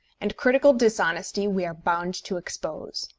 and critical dishonesty we are bound to expose.